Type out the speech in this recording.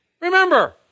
Remember